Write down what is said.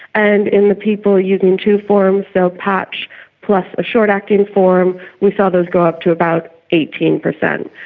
and in the people using two forms, so patch plus a short-acting form, we saw those go up to about eighteen percent.